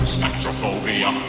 Spectrophobia